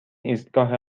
ایستگاه